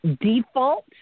default